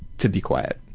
to be quiet.